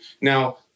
Now